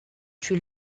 tuer